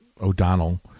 O'Donnell